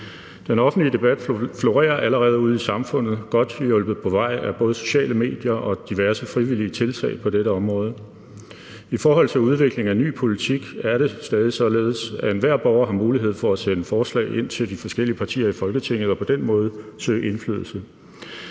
Den offentlige debat florerer allerede ude i samfundet godt hjulpet på vej af både sociale medier og diverse frivillige tiltag på dette område. I forhold til udvikling af ny politik er det stadig således, at enhver borger har mulighed for at sende forslag ind til de forskellige partier i Folketinget og på den måde søge indflydelse.